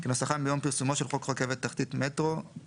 כנוסחם ביום פרסומו של חוק רכבת תחתית )מטרו)(תיקון),